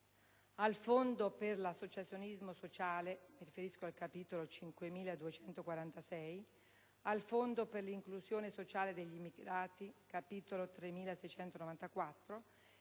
al Fondo per l'associazionismo sociale (capitolo 5246), al Fondo per l'inclusione sociale degli immigrati (capitolo 3694)